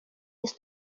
jest